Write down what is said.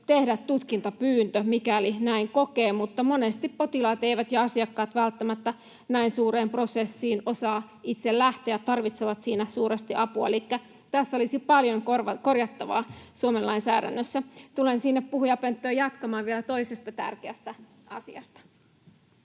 tehdä tutkintapyyntö, mikäli näin kokee, mutta monesti potilaat ja asiakkaat eivät välttämättä näin suureen prosessiin osaa itse lähteä ja tarvitsevat siinä suuresti apua. Elikkä tässä olisi paljon korjattavaa Suomen lainsäädännössä. — Tulen sinne puhujapönttöön jatkamaan vielä toisesta tärkeästä asiasta.